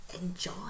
enjoy